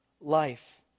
life